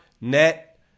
Net